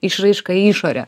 išraiška į išorę